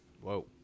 Whoa